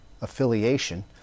affiliation